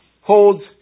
holds